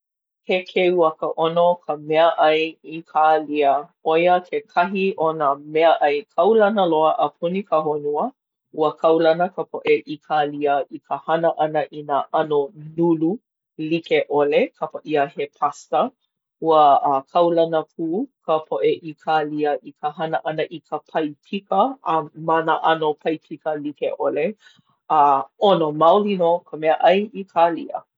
He keu a ka ʻono ka meaʻai ʻĪkālia. ʻO ia kekahi o nā meaʻai kaulana loa a puni ka honua. Ua kaulana ka poʻe ʻĪkālia i ka hana ʻana i nā ʻano nulu like ʻole, kapa ʻia he pasta. Ua a kaulana pū ka poʻe ʻĪkālia i ka hana ʻana i ka paipika, a ma nā ʻano paipika like ʻole. A ʻono maoli nō ka meaʻai ʻĪkālia.